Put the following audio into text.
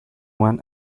went